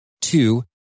two